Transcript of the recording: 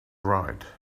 right